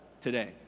today